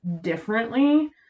differently